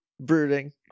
Brooding